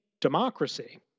democracy